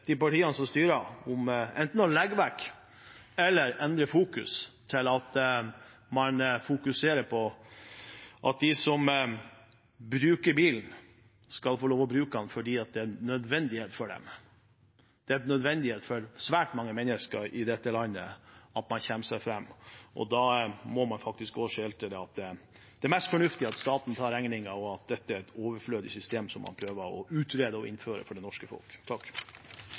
de partiene som styrer, om enten å legge det vekk eller endre det slik at man fokuserer på at de som bruker bilen, skal få lov til å bruke den fordi det er en nødvendighet for dem. Det er en nødvendighet for svært mange mennesker i dette landet at man kommer seg fram. Da må man også skjele til at det mest fornuftige er at staten tar regningen, og at dette er et overflødig system som man prøver å utrede og innføre for det norske folk.